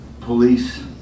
police